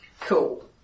Cool